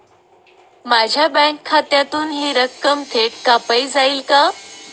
माझ्या बँक खात्यातून हि रक्कम थेट कापली जाईल का?